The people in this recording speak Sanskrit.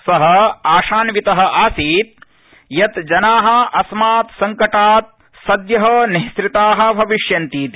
स आशान्वित आसीतृ यत् जना अस्मातृ संकटात् सद्यः निसृता भविष्यन्तीति